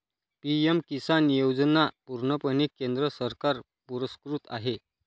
PM Kisan योजना पूर्णपणे केंद्र सरकार पुरस्कृत आहे